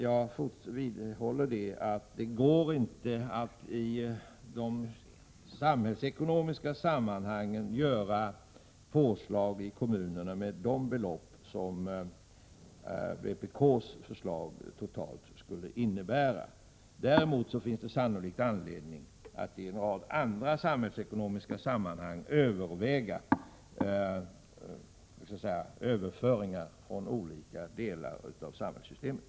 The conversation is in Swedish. Jag vidhåller dock att det i samhällsekonomiska sammanhang inte går att göra påslag för kommunerna med de belopp som vpk:s förslag totalt skulle innebära. Det finns däremot sannolikt anledning att i en rad andra samhällsekonomiska sammanhang överväga överföringar från olika delar av samhällssystemet.